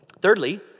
Thirdly